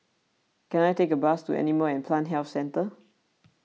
can I take a bus to Animal and Plant Health Centre